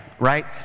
right